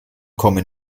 kommen